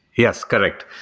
yes, correct.